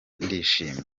ndishimye